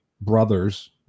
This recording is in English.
brothers